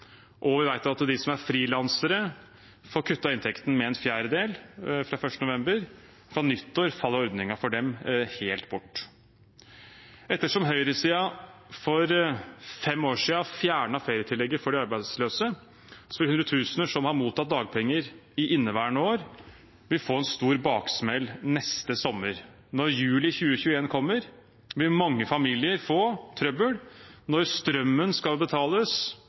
Fra nyttår faller ordningen for dem helt bort. Ettersom høyresiden for fem år siden fjernet ferietillegget for de arbeidsløse, vil hundretusener som har mottatt dagpenger i inneværende år, få en stor baksmell neste sommer. Når juli 2021 kommer, vil mange familier få trøbbel når strømmen skal betales,